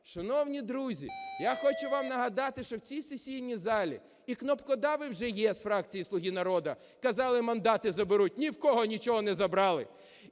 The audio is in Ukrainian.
Шановні друзі, я хочу вам нагадати, що в цій сесійній залі і кнопкодави вже є з фракції "Слуга народу". Казали, мандати заберуть. Ні в кого нічого не забрали.